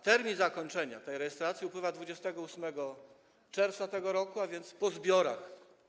Termin zakończenia tej rejestracji upływa 28 czerwca tego roku, a więc po zbiorach.